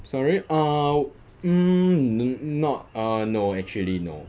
sorry err hmm n~ not err no actually no